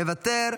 מוותר,